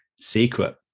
secret